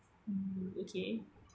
hmm okay